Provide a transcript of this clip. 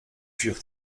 furent